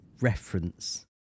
reference